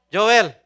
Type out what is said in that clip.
Joel